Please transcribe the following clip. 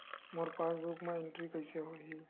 मोर passbook मा entry कइसे होही?